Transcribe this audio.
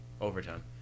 Overtime